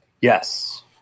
Yes